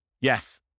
Yes